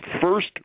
first